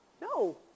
no